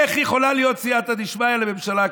איך יכולה להיות סייעתא דשמיא לממשלה כזאת?